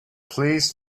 please